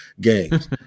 games